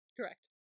correct